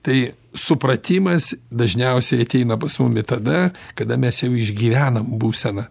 tai supratimas dažniausiai ateina pas mumi tada kada mes jau išgyvenam būseną